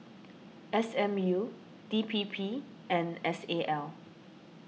S M U D P P and S A L